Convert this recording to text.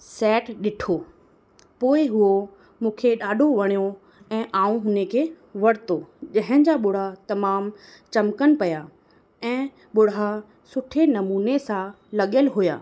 set ॾिठो पोइ उहो मूंखे ॾाढो वणियो ऐं मां उन खे वरितो जंहिंजा बुड़ा तमामु चमकनि पिया ऐं बुड़हा सुठे नमूने सां लॻियलु हुआ